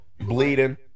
bleeding